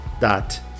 dot